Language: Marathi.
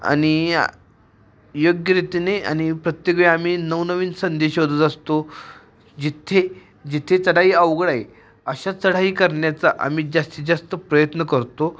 आणि योग्यरीतीने आणि प्रत्येक वेळी आम्ही नवनवीन संधी शोधत असतो जिथे जिथे चढाई अवघड आहे अशा चढाई करण्याचा आम्ही जास्तीत जास्त प्रयत्न करतो